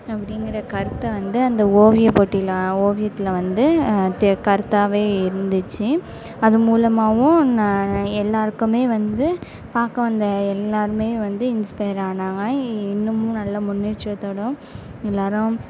அப்படிங்குற கருத்தை வந்து அந்த ஓவியப்போட்டியில் ஓவியத்தில் வந்து த கருத்தாகவே இருந்துச்சு அது மூலமாகவும் நான் எல்லாருக்குமே வந்து பார்க்க வந்த எல்லாருமே வந்து இன்ஸ்பைர் ஆனாங்க இன்னுமும் நல்ல முன்னேற்றத்தோடும் எல்லாரும்